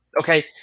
Okay